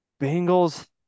Bengals